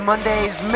Monday's